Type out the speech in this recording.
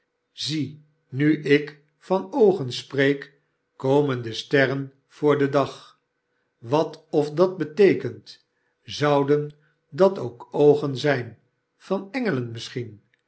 zie nu ik van oogen spreek komen de sterren voor den dag wat of dat beteekent zouden dat ook oogen zijn van engelen misschien